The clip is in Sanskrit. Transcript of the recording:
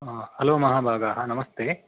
हलो महाभागाः नमस्ते